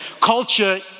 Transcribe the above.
culture